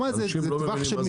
אנשים לא מבינים.